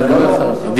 זה לא לעניים,